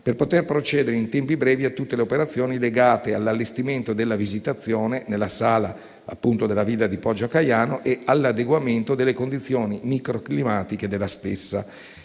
per poter procedere in tempi brevi a tutte le operazioni legate all'allestimento della Visitazione, nella sala appunto della villa di Poggio a Caiano, e all'adeguamento delle condizioni microclimatiche della stessa.